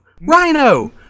Rhino